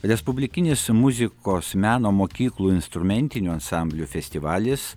respublikinis muzikos meno mokyklų instrumentinių ansamblių festivalis